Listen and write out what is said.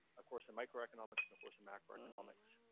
of course in micro economics, and of course, in macroeconomics,